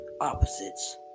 Opposites